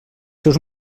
seus